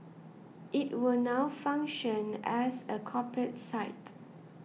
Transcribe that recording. it will now function as a corporate site